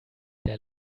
der